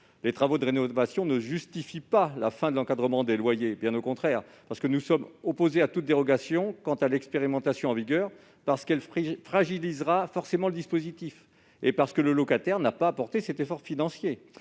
Les travaux de rénovation ne justifient pas la fin de l'encadrement des loyers, bien au contraire. Nous sommes opposés à toute dérogation dans le cadre de l'expérimentation en vigueur parce qu'elle fragiliserait forcément le dispositif et parce que le locataire n'a pas à porter cet effort financier,